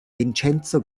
vincenzo